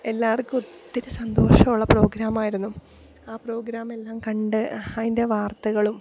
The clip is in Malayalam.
എല്ലാവർക്കും ഒത്തിരി സന്തോഷമുള്ള പ്രോഗ്രാമായിരുന്നു ആ പ്രോഗ്രാമെല്ലാം കണ്ട് അതിൻ്റെ വാർത്തകളും